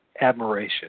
admiration